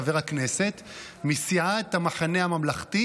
חבר הכנסת מסיעת המחנה הממלכתי,